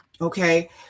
Okay